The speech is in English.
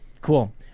cool